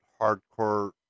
hardcore